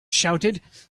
shouted